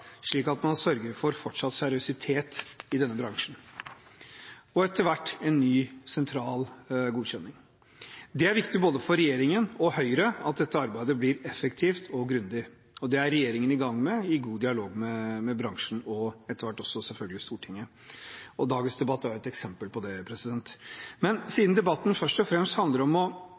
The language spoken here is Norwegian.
slik at man sørger for fortsatt seriøsitet i denne bransjen, og etter hvert en ny sentral godkjenning. Det er viktig for både regjeringen og Høyre at dette arbeidet blir effektivt og grundig. Dette er regjeringen i gang med, i god dialog med bransjen og etter hvert selvfølgelig også Stortinget. Dagens debatt er et eksempel på det. Siden debatten først og fremst handler om å